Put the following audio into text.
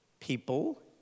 people